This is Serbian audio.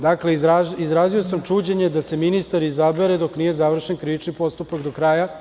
Dakle, izrazio sam čuđenje da se ministar izabere dok nije završen krivični postupak do kraja.